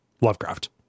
lovecraft